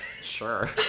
Sure